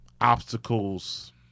obstacles